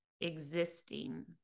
existing